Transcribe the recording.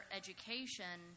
education